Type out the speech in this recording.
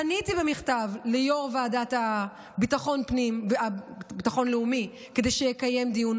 פניתי במכתב ליושב-ראש הוועדה לביטחון לאומי כדי שיקיים דיון,